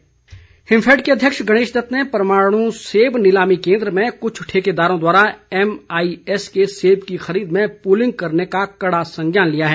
गणेश दत्त हिमफैड के अध्यक्ष गणेश दत्त ने परवाणु सेब नीलामी केन्द्र में कुछ ठेकेदारों द्वारा एमआईएस के सेब की खरीद में पूलिंग करने का कड़ा संज्ञान लिया है